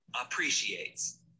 appreciates